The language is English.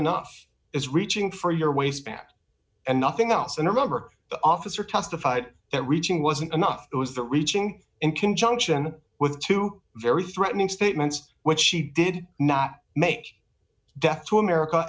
enough is reaching for your waistband and nothing else and remember the officer testified that reaching wasn't enough it was that reaching in conjunction with two very threatening statements which she did not make death to america